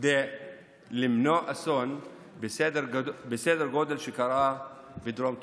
כדי למנוע אסון בסדר גודל כמו שקרה בדרום טורקיה.